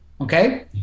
okay